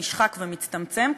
נשחק ומצטמצם,